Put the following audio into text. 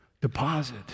deposit